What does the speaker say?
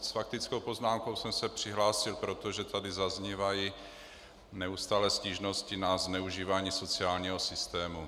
S faktickou poznámkou jsem se přihlásil proto, že tady zaznívají neustále stížnosti na zneužívání sociálního systému.